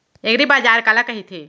एगरीबाजार काला कहिथे?